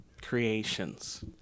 creations